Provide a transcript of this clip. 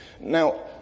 Now